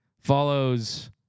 Follows